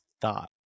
thought